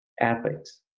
athletes